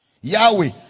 yahweh